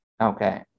okay